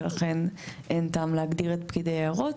ולכן אין טעם להגדיר את פקיד היערות